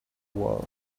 world